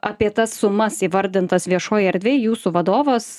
apie tas sumas įvardintas viešoj erdvėj jūsų vadovas